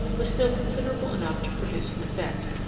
was still considerable enough to produce an effect.